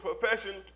profession